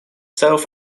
self